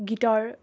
গীতৰ